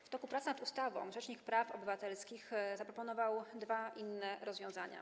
W toku prac nad ustawą rzecznik praw obywatelskich zaproponował dwa inne rozwiązania.